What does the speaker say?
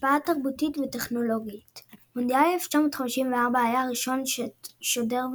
השפעה תרבותית וטכנולוגית מונדיאל 1954 היה הראשון ששודר בטלוויזיה,